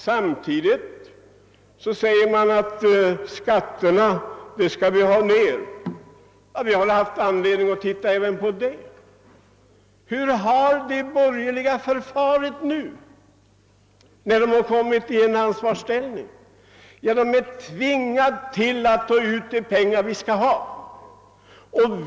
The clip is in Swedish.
Samtidigt anser man på borgerligt håll att skatterna måste sänkas. Vi har haft anledning att se även på det kravet. Och hur har de borgerliga förfarit nu, när de har kommit i ansvarsställning? Jo, de är tvingade att skattevägen ta ut de pengar som behövs!